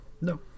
No